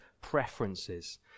preferences